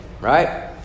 right